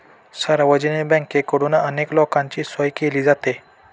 सार्वजनिक बँकेकडून अनेक लोकांची सोय केली जाते